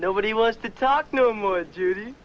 nobody wants to talk no more judy